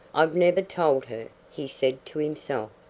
i've never told her, he said to himself,